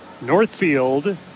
Northfield